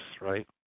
right